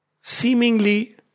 seemingly